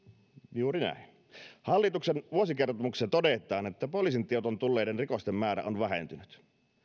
juuri näin hallituksen vuosikertomuksessa todetaan että poliisin tietoon tulleiden rikosten määrä on vähentynyt